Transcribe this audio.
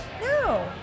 No